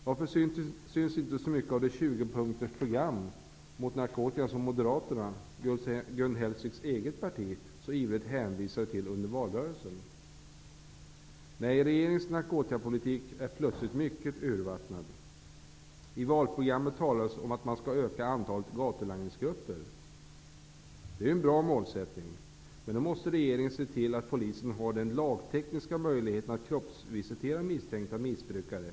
Varför ser vi så litet av det 20-punktsprogram mot narkotikan som Moderaterna, Gun Hellsviks eget parti, så ivrigt hänvisade till under valrörelsen? Nej, regeringens narkotikapolitik är plötsligt mycket urvattnad. I valprogrammet talades om att man skulle öka antalet gatulangningsgrupper. Det är en bra målsättning, men då måste regeringen se till att polisen har den lagtekniska möjligheten att kroppsvisitera misstänkta missbrukare.